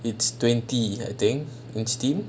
it's twenty I think when steam